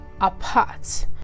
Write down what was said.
apart